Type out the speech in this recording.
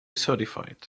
certified